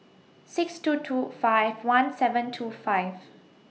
six two two five one seven two five